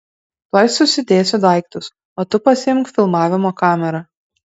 tuoj susidėsiu daiktus o tu pasiimk filmavimo kamerą